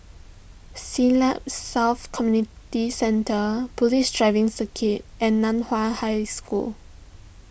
Siglap South Community Centre Police Driving Circuit and Nan Hua High School